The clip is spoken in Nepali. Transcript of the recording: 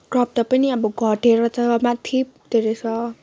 क्रप टप पनि अब घटेर त माथि पुग्दो रहेछ